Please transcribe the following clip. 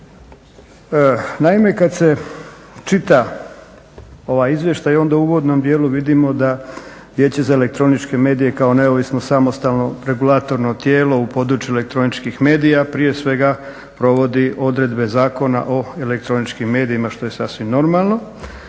Naime kada se čita ovaj izvještaj, onda u uvodnom dijelu vidimo da Vijeće za elektroničke medije kao neovisno, samostalno, regulatorno tijelo u području elektroničkih medija prije svega provodi odredbe Zakona o elektroničkim medijima, što je sasvim normalno